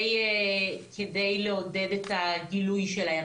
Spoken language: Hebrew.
כדי לעודד את הגילוי שלהם,